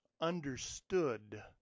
understood